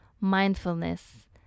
mindfulness